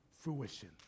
fruition